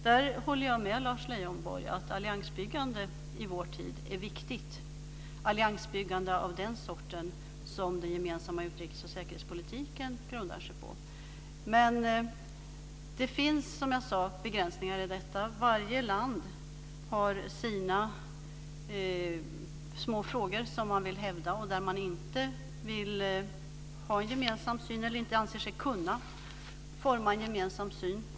Jag håller med Lars Leijonborg om att ett alliansbyggande av den sort som den gemensamma utrikes och säkerhetspolitiken grundar sig på är viktigt i vår tid. Det finns dock, som jag sade, begränsningar i detta. Varje land har sina små frågor som man vill hävda och där man inte vill ha eller inte anser sig kunna forma en gemensam syn.